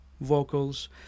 vocals